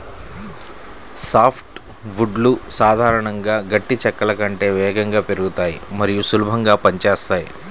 soft వుడ్లు సాధారణంగా గట్టి చెక్కల కంటే వేగంగా పెరుగుతాయి మరియు సులభంగా పని చేస్తాయి